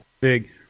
Big